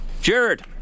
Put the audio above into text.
Jared